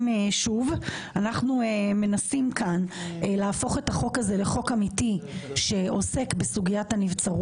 שבו 'אם סבר היועץ המשפטי לממשלה כי נבצר